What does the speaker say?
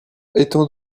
étant